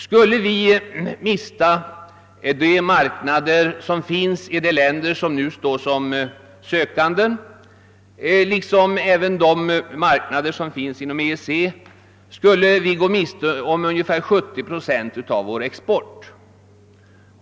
Skulle vi helt mista marknaderna i de länder, som nu ansöker om medlemskap, liksom även de marknader som redan finns inom EEC, ginge vi miste om ungefär 70 procent av vår export.